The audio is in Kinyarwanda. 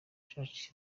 church